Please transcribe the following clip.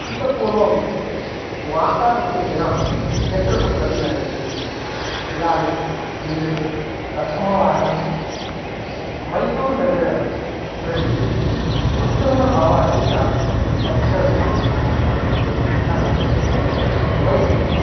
इतःपूर्वं वार्ता रूपेण यत्रकुत्रापि न गच्छति स् इदानीं देशे प्रथमवारं मैसूर्नगरं प्रति उत्तमं अवार्ड् इति आगतं स्वच्छविषये अतः वयं